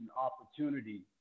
opportunity